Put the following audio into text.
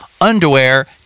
underwear